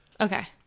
Okay